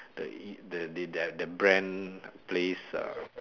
the the they their the brand place uh